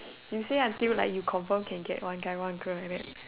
you say until you can confirm can get one guy one girl like that